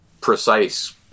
precise